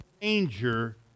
danger